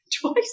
twice